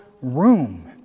room